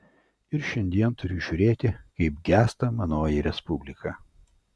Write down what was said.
ir šiandien turiu žiūrėti kaip gęsta manoji respublika